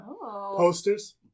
Posters